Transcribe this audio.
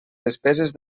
despeses